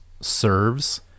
serves